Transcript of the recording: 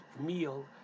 meal